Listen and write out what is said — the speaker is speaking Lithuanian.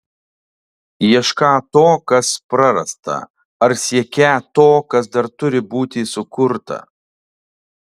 iešką to kas prarasta ar siekią to kas dar turi būti sukurta